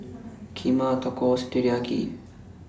Kheema Tacos Teriyaki